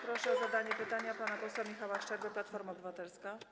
Proszę o zadanie pytania pana posła Michała Szczerbę, Platforma Obywatelska.